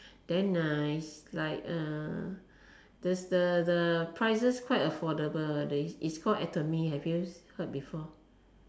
then uh it's like uh does the the prices quite affordable it's called Atomy havee you heard before